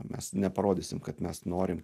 mes neparodysim kad mes norim